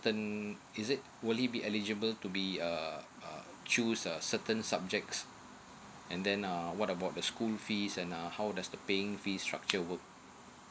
then is it will it be eligible to be uh uh choose a certain subjects and then uh what about the school fees and uh how does the paying fees structure work